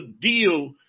deal